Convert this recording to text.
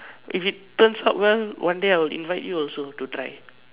if it turns out well one day I will invite you also to try